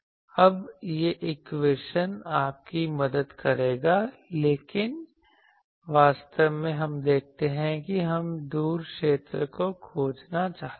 तब यह इक्वेशन आपकी मदद करेगा लेकिन वास्तव में हम देखते हैं कि हम दूर क्षेत्र को खोजना चाहते हैं